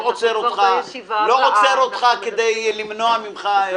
אני לא עוצר אותך כדי למנוע ממך להעיר.